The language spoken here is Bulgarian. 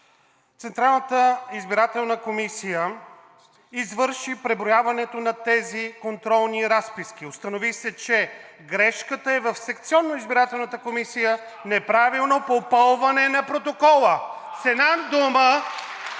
„Централната избирателна комисия извърши преброяването на тези контролни разписки. Установи се, че грешката е в секционната избирателна комисия – неправилно попълване на протокола.“ (Ръкопляскания